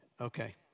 Okay